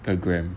the gram